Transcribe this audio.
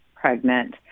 pregnant